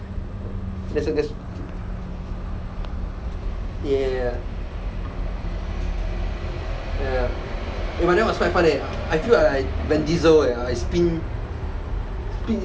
that's right that's ya ya ya eh but that was quite fun leh I feel like I van diesel leh I spin spin